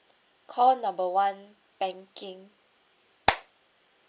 call number one banking